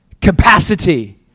capacity